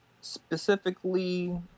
Specifically